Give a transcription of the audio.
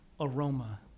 aroma